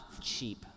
cheap